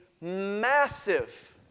massive